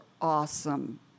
awesome